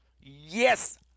Yes